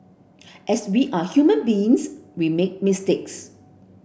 as we are human beings we make mistakes